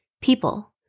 people